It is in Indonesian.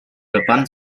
depan